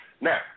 Now